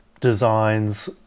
designs